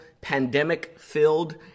pandemic-filled